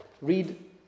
read